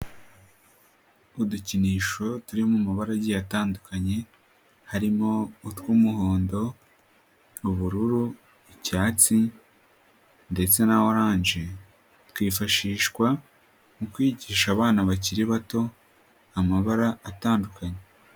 Udukinisho turi mu mabara agiye atandukanye harimo utw'umuhondo, ubururu, icyatsi, ndetse na orange twifashishwa mu kwigisha abana bakiri bato amabara atandukanye.